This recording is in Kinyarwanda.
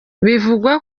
bivugwa